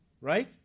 right